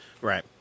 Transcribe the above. right